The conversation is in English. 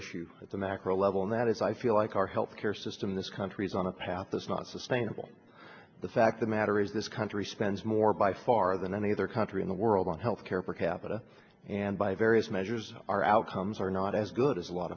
issue at the macro level and that is i feel like our health care system in this country is on a path that's not sustainable the fact the matter is this country spends more by far than any other country in the world on health care for capita and by various measures our outcomes are not as good as a lot